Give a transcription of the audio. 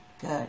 good